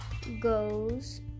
Goes